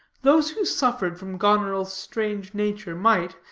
those who suffered from goneril's strange nature, might,